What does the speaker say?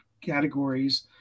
categories